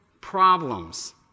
problems